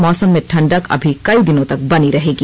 मौसम में ठंडक अभी कई दिनों तक बनी रहेगी